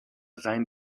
sein